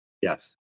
Yes